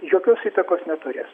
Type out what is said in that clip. jokios įtakos neturės